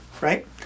right